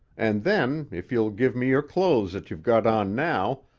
and then, if you'll give me your clothes that you've got on now,